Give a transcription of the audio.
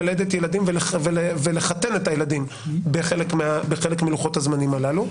ללדת ילדים ולחתן את הילדים בחלק מלוחות הזמנים הללו.